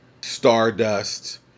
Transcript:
Stardust